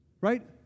right